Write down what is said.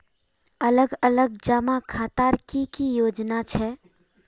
अलग अलग जमा खातार की की योजना छे?